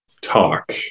talk